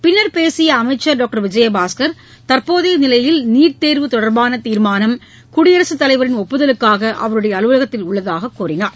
பின்னர் பேசிய அமைச்சர் டாக்டர் விஜயபாஸ்கர் தற்போதைய நிலையில் நீட்தேர்வு தொடர்பான தீர்மானம் குடியரசுத் தலைவரின் ஒப்புதலுக்காக அவருடைய அலுவலகத்தில் உள்ளதாக கூறினார்